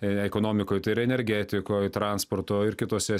ekonomikoj energetikoj transporto ir kitose